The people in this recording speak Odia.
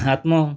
ଆତ୍ମ